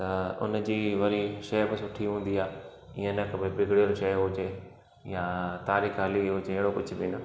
त उनजी वरी शइ बि सुठी हूंदी आहे हीअं न कि बिगड़ियल शइ हुजे या तारीख़ हली वयी हुजे अहिड़ो कुझु बि न